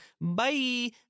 Bye